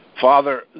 father